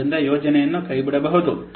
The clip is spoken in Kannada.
ಆದ್ದರಿಂದ ಯೋಜನೆಯನ್ನು ಕೈಬಿಡಬಹುದು